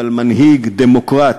אבל מנהיג דמוקרט.